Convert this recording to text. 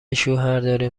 شوهرداریم